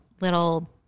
little